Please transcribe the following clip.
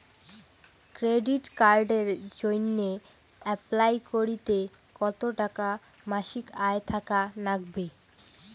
Credit কার্ডের জইন্যে apply করিতে কতো টাকা মাসিক আয় থাকা নাগবে?